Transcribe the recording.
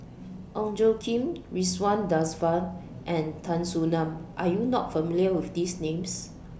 Ong Tjoe Kim Ridzwan Dzafir and Tan Soo NAN Are YOU not familiar with These Names